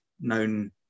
known